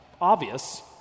obvious